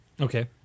Okay